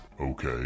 Okay